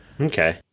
Okay